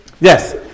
Yes